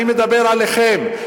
אני מדבר עליכם,